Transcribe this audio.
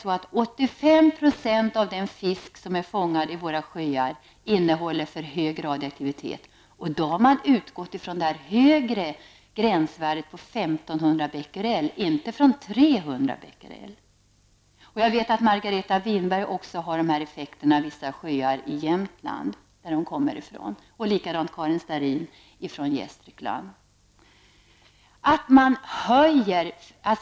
85 % av den fisk som är fångad i våra sjöar i Västernorrland har för hög radioaktivitet. Och då har man utgått från det högre gränsvärdet på 1 500 Bq, inte från 300 Bq. Jag vet att dessa effekter finns även i vissa sjöar i Jämtland, som ju Margareta Winberg kommer ifrån. Det finns även sådana effekter i Gästrikland, som Karin Starrin kommer ifrån.